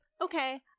okay